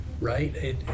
right